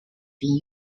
been